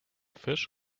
fish